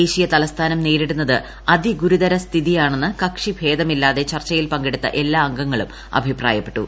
ദേശീയ തലസ്ഥാനം നേർട്ടൂന്ന്ത് അതിഗുരുതര സ്ഥിതിയാണെന്ന് കക്ഷിഭേദമില്ലാത്ത് ചർച്ചയിൽ പങ്കെടുത്ത എല്ലാ അംഗങ്ങളും അഭിപ്രായപ്പെട്ടു